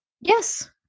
Yes